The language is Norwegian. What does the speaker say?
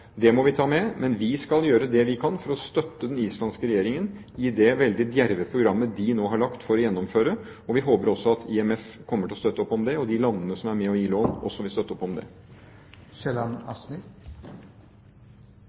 Det må vi ta med. Men vi skal gjøre det vi kan for å støtte den islandske regjeringen i det veldig djerve programmet de nå har lagt opp til å gjennomføre, og vi håper at også IMF og de landene som er med og gir lån, kommer til å støtte opp om det. De som